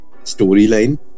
storyline